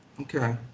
Okay